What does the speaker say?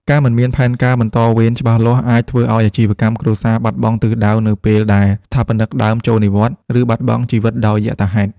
ការមិនមានផែនការបន្តវេនច្បាស់លាស់ អាចធ្វើឱ្យអាជីវកម្មគ្រួសារបាត់បង់ទិសដៅនៅពេលដែលស្ថាបនិកដើមចូលនិវត្តន៍ ឬបាត់បង់ជីវិតដោយយថាហេតុ។